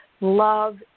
love